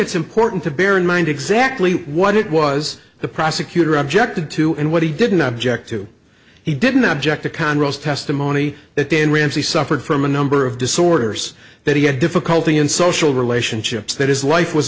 it's important to bear in mind exactly what it was the prosecutor objected to and what he didn't object to he didn't object to congress testimony that dan ramsey suffered from a number of disorders that he had difficulty in social relationships that his life was